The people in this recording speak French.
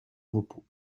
repos